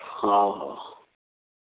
ହଁ ହଁ